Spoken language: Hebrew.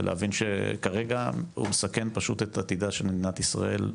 ולהבין שכרגע הוא מסכן פשוט את עתידה של מדינת ישראל.